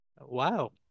Wow